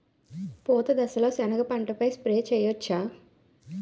పూత దశలో సెనగ పంటపై స్ప్రే చేయచ్చా?